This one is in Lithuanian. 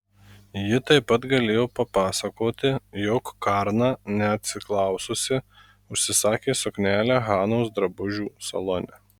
ji taip pat galėjo papasakoti jog karna neatsiklaususi užsisakė suknelę hanos drabužių salone